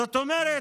זאת אומרת,